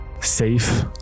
safe